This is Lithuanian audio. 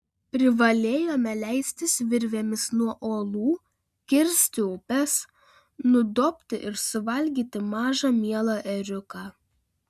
privalėjome leistis virvėmis nuo uolų kirsti upes nudobti ir suvalgyti mažą mielą ėriuką